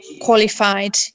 qualified